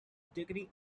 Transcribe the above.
degree